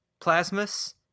plasmus